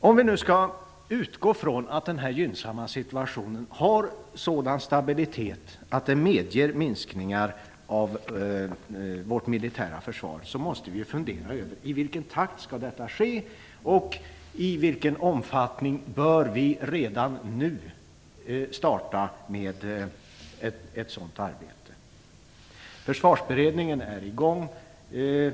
Om vi skall utgå ifrån att denna gynnsamma situation har sådan stabilitet att den medger minskningar av vårt militära försvar, måste vi fundera över i vilken takt detta bör ske och i vilken omfattning vi redan nu bör starta med ett sådant arbete. Försvarsberedningen är i gång med sitt arbete.